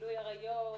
גילוי עריות.